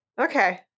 Okay